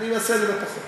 אני אנסה בפחות.